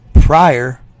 prior